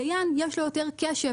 לדיין יש יותר קשב.